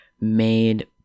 made